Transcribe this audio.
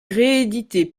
réédité